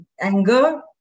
anger